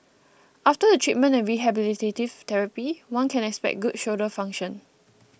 after the treatment and rehabilitative therapy one can expect good shoulder function